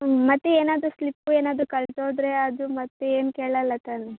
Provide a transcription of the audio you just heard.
ಹ್ಞೂ ಮತ್ತು ಏನಾದರೂ ಸ್ಲಿಪ್ಪು ಏನಾದರೂ ಕಳೆದೋದ್ರೆ ಅದು ಮತ್ತೆ ಏನೂ ಕೇಳೋಲ್ಲ ತಾನೆ